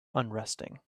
unresting